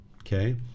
Okay